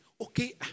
Okay